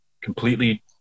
completely